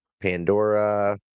Pandora